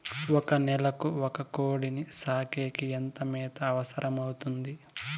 ఒక నెలకు ఒక కోడిని సాకేకి ఎంత మేత అవసరమవుతుంది?